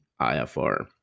IFR